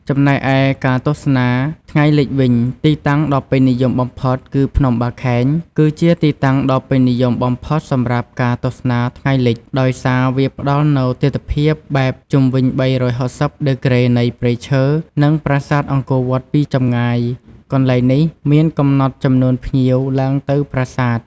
ចំណែកឯការទស្សនា ថ្ងៃលិច វិញ ទីតាំងដ៏ពេញនិយមបំផុតគឺ ភ្នំបាខែង គឺជាទីតាំងដ៏ពេញនិយមបំផុតសម្រាប់ការទស្សនាថ្ងៃលិច ដោយសារវាផ្តល់នូវទិដ្ឋភាពបែប ជុំវិញ ៣៦០ ដឺក្រេនៃព្រៃឈើ និងប្រាសាទអង្គរវត្តពីចម្ងាយ។ កន្លែងនេះមានកំណត់ចំនួនភ្ញៀវឡើងទៅលើប្រាសាទ។